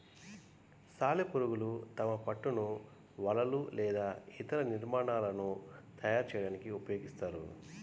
సాలెపురుగులు తమ పట్టును వలలు లేదా ఇతర నిర్మాణాలను తయారు చేయడానికి ఉపయోగిస్తాయి